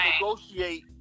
negotiate